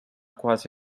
quasi